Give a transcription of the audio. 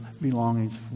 belongings